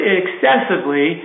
excessively